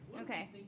Okay